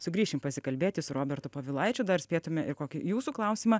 sugrįšim pasikalbėti su robertu povilaičiu dar spėtume ir kokį jūsų klausimą